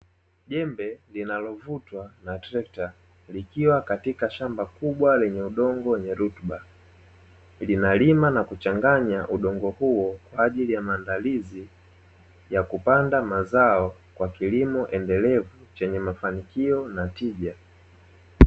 Jembe linalovutwa na trekta likiwa katika shamba kubwa lenye udongo wenye rutuba, linalima na kuchanganya udongo huo kwa ajili ya maandalizi ya kupanda mazao kwa kilimo endelevu chenye mafanikio na tija.